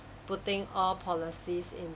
putting all policies in